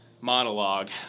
monologue